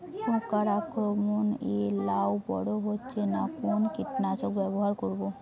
পোকার আক্রমণ এ লাউ বড় হচ্ছে না কোন কীটনাশক ব্যবহার করব?